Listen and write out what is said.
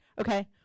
okay